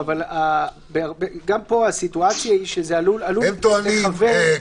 הם טוענים,